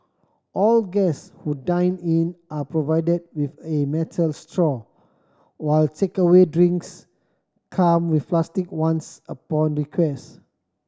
all guest who dine in are provided with a metal straw while takeaway drinks come with plastic ones upon request